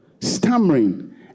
stammering